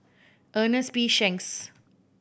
Ernest P Shanks